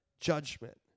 judgment